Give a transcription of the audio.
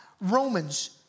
Romans